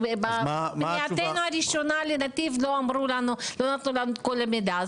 בפנייתנו הראשונה לנתיב לא נתנו את המידע אז